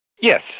Yes